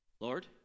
Lord